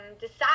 decide